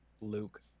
Luke